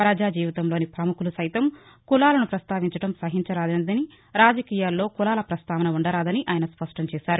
ప్రజా జీవితంలోని ప్రముఖులు సైతం కులాలను పస్తావించడం సహించరానిదని రాజకీయాల్లో కులల పస్తావన ఉండరాదని ఆయన స్పష్టం చేశారు